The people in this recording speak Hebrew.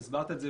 והסברת את זה,